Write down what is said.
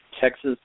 Texas